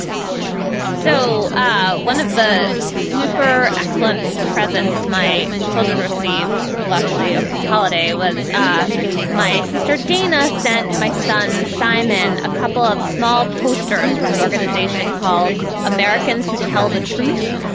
so ah one of the super excellent presents my children received, luckily over this holiday was ah my sister dana sent my son simon a couple of small posters from an organization called americans who tell the truth.